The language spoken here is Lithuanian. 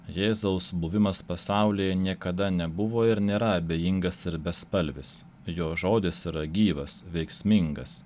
jėzaus buvimas pasaulyje niekada nebuvo ir nėra abejingas ir bespalvis jo žodis yra gyvas veiksmingas